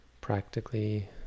practically